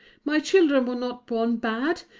my children were not born bad,